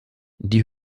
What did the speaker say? die